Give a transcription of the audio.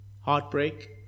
Heartbreak